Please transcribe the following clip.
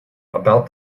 about